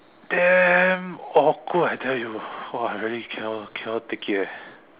damn awkward I tell you !wah! I really cannot cannot take it eh